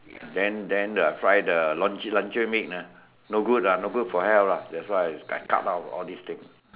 then then I fry the luncheon meat lah no good lah no good for health lah that's why I cut down all these things